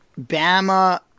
Bama